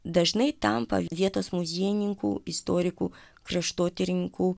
dažnai tampa vietos muziejininkų istorikų kraštotyrininkų